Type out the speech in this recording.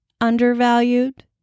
undervalued